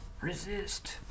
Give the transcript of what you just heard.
Resist